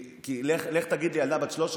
כי לך תגיד לילדה בת 13